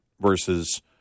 versus